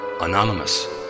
Anonymous